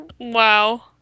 Wow